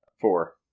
four